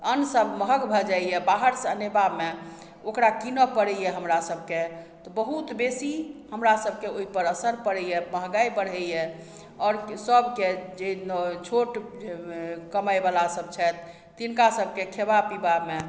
अन्नसभ महग भऽ जाइए बाहरसँ अनेबामे ओकरा किनय पड़ैए हमरासभके तऽ बहुत बेसी हमरासभके ओहिपर असर पड़ैए महँगाइ बढ़ैए आओर सभके जे छोट कमाइवला सभ छथि तिनका सभके खयबा पीबामे